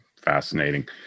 Fascinating